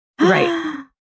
Right